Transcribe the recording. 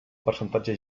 percentatge